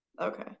Okay